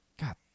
God